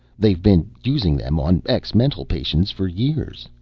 they've been using them on ex-mental patients for years.